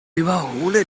überhole